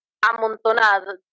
amontonado